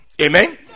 Amen